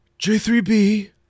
J3B